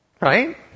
Right